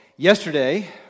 Yesterday